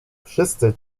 wszyscy